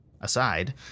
aside